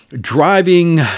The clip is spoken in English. driving